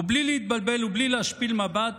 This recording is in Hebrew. ובלי להתבלבל ובלי להשפיל מבט